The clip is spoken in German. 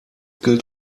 gilt